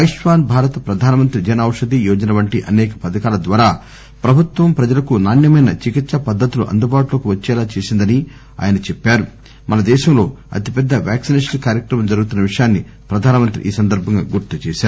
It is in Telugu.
ఆయుష్మాన్ భారత్ ప్రధానమంత్రి జన ఔషధి యోజన వంటి అసేక పథకాల ద్వారా ప్రభుత్వం ప్రజలకు నాణ్యమైన చికిత్సా పద్దతులు అందుబాటులోకి వచ్చేలా చేసిందని ఆయన అన్నారు మన దేశంలో అతిపెద్ద వ్యాక్సినేషన్ కార్యక్రమం జరుగుతున్న విషయాన్ని ప్రధానమంత్రి ఈ సందర్బంగా గుర్తు చేశారు